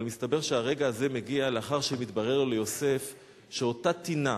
אבל מסתבר שהרגע הזה מגיע לאחר שמתברר ליוסף שאותה טינה,